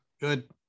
good